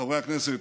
חברי הכנסת,